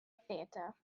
theater